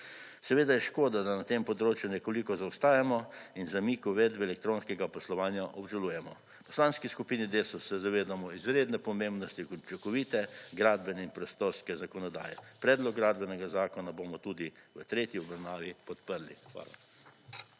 Seveda je škoda, da na tem področju nekoliko zaostajamo in zamik uvedbe elektronskega poslovanja obžalujemo. V Poslanski skupini Desus se zavedamo izredne pomembnosti učinkovite gradbene in prostorske zakonodaje. Predlog gradbenega zakona bomo tudi v tretji obravnavi podprli. Hvala.